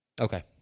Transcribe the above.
Okay